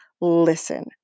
listen